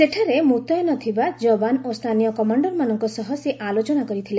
ସେଠାରେ ମୁତୟନ ଥିବା ଯବାନ ଓ ସ୍ଥାନୀୟ କମାଣ୍ଡରମାନଙ୍କ ସହ ସେ ଆଲୋଚନା କରିଥିଲେ